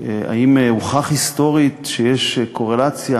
האם הוכח היסטורית שיש קורלציה